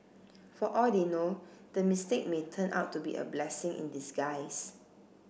for all they know the mistake may turn out to be a blessing in disguise